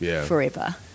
forever